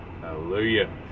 Hallelujah